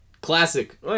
Classic